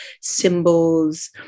symbols